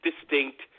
distinct